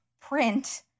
print